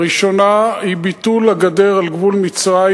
הראשונה היא ביטול הגדר על גבול מצרים.